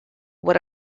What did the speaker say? would